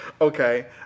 Okay